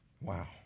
Wow